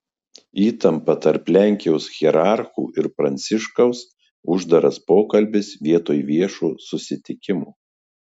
įtampa tarp lenkijos hierarchų ir pranciškaus uždaras pokalbis vietoj viešo susitikimo